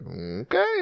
Okay